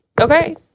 okay